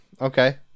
Okay